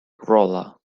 rolla